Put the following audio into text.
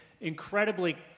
incredibly